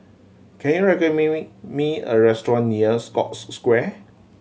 can you recommend me me a restaurant near Scotts Square